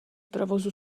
provozu